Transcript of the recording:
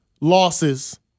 losses